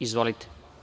Izvolite.